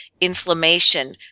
inflammation